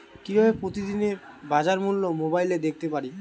কিভাবে প্রতিদিনের বাজার মূল্য মোবাইলে দেখতে পারি?